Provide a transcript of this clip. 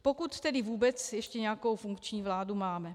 Pokud tedy vůbec ještě nějakou funkční vládu máme.